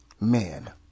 man